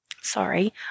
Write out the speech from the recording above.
Sorry